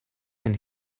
and